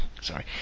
Sorry